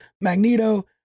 Magneto